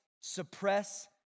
suppress